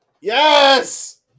Yes